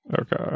Okay